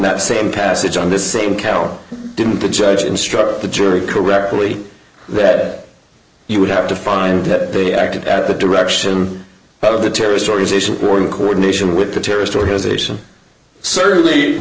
that same passage on this same cal didn't the judge instruct the jury correctly that you would have to find that they acted at the direction of the terrorist organization or the cord nation with the terrorist organization certainly